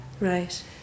Right